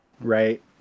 right